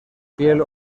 piel